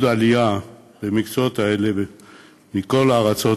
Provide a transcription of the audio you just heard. עלייה של בעלי המקצועות האלה מכל הארצות,